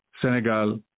Senegal